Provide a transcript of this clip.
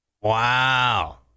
Wow